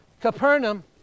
Capernaum